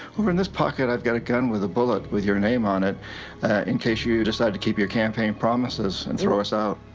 over in this pocket, i have a gun with a bullet with your name on it in case you you decide to keep your campaign promises and throw us out.